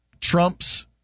Trump's